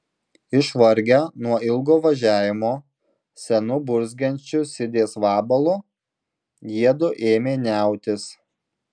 išvargę nuo ilgo važiavimo senu burzgiančiu sidės vabalu jiedu ėmė niautis